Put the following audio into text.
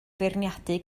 feirniadu